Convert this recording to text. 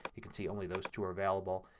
you can see only those two are available.